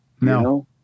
No